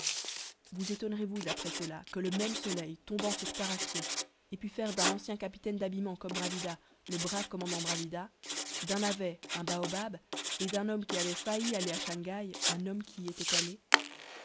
vous étonnerez vous après cela que le même soleil tombant sur tarascon ait pu faire d'un ancien capitaine d'habillement comme bravida le brave commandant bravida d'un navet un baobab et d'un homme qui avait failli aller à shang hai un homme qui y était allé